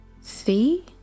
See